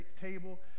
table